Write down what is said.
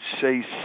say